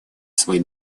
свой